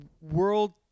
World